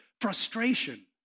frustration